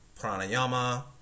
pranayama